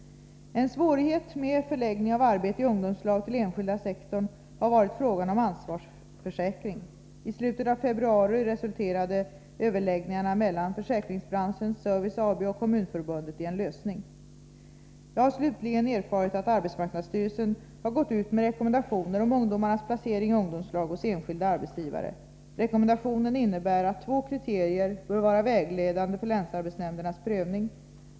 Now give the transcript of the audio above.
En svårighet med förläggning av arbete i ungdomslag till enskilda sektorn har varit frågan om ansvarsförsäkring. I slutet av februari resulterade överläggningarna mellan Försäkringsbranschens Service AB och Kommunförbundet i en lösning. Jag har slutligen erfarit att arbetsmarknadsstyrelsen har gått ut med en rekommendation om ungdomarnas placering i ungdomslag hos enskilda arbetsgivare. Rekommendationen innebär att två kriterier bör vara vägledande för länsarbetsnämndernas prövning.